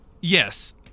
yes